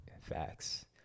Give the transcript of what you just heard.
Facts